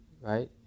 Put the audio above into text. right